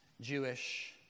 Jewish